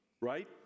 right